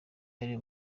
yari